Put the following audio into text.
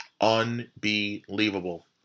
unbelievable